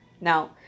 Now